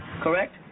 Correct